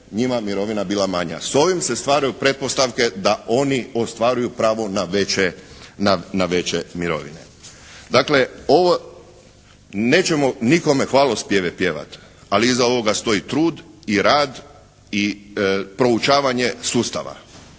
S ovim se stvarju pretpostavke da oni ostvaruju pravo na veće mirovine. Dakle ovo nećemo nikome hvalospjeve pjevati, ali iza ovoga stoji trud i rad i proučavanje sustava.